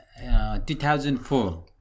2004